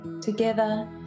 Together